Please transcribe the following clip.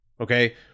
Okay